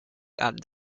and